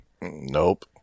Nope